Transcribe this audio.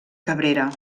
cabrera